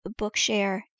Bookshare